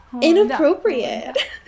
inappropriate